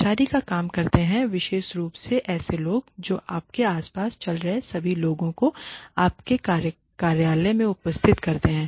कर्मचारी काम करते हैं विशेष रूप से ऐसे लोग हैं जो आपके आस पास चल रहे सभी लोगों को आपके कार्यालयों में उपस्थित करते हैं